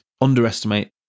underestimate